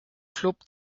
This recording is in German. club